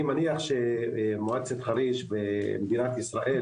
אני מניח שמדינת ישראל